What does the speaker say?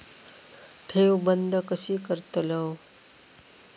ठेव बंद कशी करतलव?